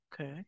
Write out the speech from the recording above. Okay